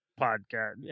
podcast